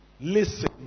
listen